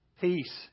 Peace